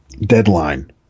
Deadline